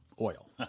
oil